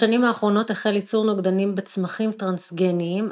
בשנים האחרונות החל יצור נוגדנים בצמחים טרנסגניים,